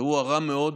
זה אירוע רע מאוד